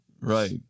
Right